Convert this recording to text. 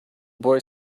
boy